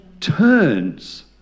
Turns